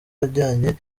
ajyanye